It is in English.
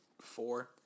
four